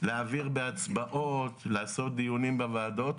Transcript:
להעביר בהצבעות, לעשות דיונים בוועדות.